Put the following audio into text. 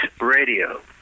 Radio